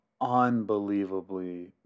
unbelievably